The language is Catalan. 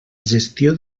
gestió